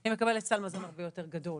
היא מקבלת סל מזון הרבה יותר גדול,